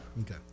Okay